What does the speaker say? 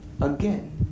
again